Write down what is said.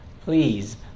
please